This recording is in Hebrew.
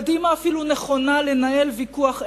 קדימה אפילו נכונה לנהל ויכוח ער,